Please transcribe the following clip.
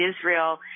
Israel